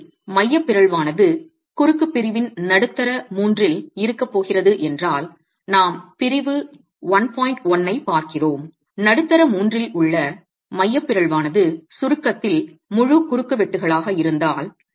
எனவே மைய பிறழ்வானது குறுக்கு பிரிவின் நடுத்தர மூன்றில் இருக்கப் போகிறது என்றால் நாம் பிரிவு 1 1 ஐப் பார்க்கிறோம் நடுத்தர மூன்றில் உள்ள மைய பிறழ்வானது சுருக்கத்தில் முழு குறுக்குவெட்டுகளாக இருந்தால்